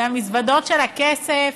והמזוודות של הכסף,